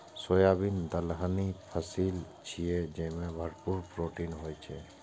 soybean दलहनी फसिल छियै, जेमे भरपूर प्रोटीन होइ छै